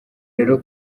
rero